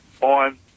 on